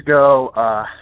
ago